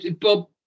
Bob